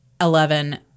Eleven